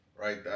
right